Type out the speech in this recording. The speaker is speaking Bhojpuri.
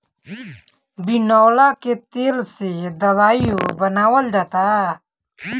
बिनौला के तेल से दवाईओ बनावल जाला